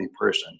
person